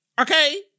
Okay